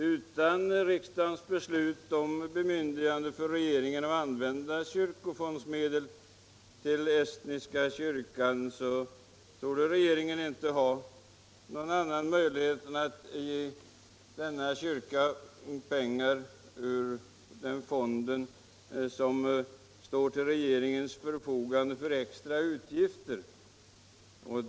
Utan riksdagens bemyndigande till regeringen att använda kyrkofondens medel för anslag till estniska evangelisk-lutherska kyrkan torde regeringen inte ha någon annan möjlighet än att ge denna kyrka pengar ur den fond som står till regeringens förfogande för extra utgifter.